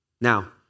Now